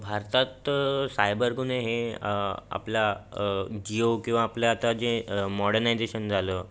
भारतात सायबर गुन्हे हे आपला जिओ किंवा आपले आता जे मॉडर्नायजेशन झालं